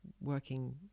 working